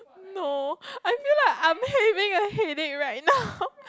no I feel like I'm having a headache right now